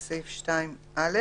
בסעיף 2(א),